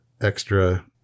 extra